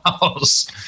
house